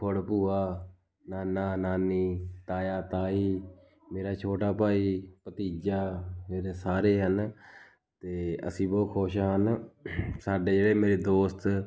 ਫੁੱਫੜ ਭੂਆ ਨਾਨਾ ਨਾਨੀ ਤਾਇਆ ਤਾਈ ਮੇਰਾ ਛੋਟਾ ਭਾਈ ਭਤੀਜਾ ਇਹ ਸਾਰੇ ਹਨ ਅਤੇ ਅਸੀਂ ਬਹੁਤ ਖੁਸ਼ ਹਨ ਸਾਡੇ ਜਿਹੜੇ ਮੇਰੇ ਦੋਸਤ